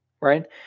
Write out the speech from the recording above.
right